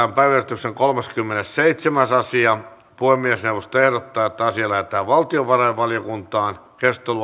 päiväjärjestyksen kolmaskymmenesseitsemäs asia puhemiesneuvosto ehdottaa että asia lähetetään valtiovarainvaliokuntaan